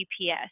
GPS